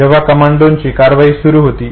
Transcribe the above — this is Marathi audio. जेव्हा कमांडोंची कारवाही सुरु होती